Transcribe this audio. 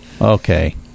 Okay